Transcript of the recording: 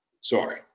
Sorry